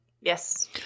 Yes